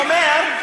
אומר,